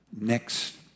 next